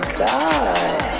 god